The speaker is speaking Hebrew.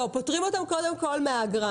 לא, פוטרים אותם קודם כל מהאגרה.